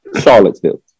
Charlottesville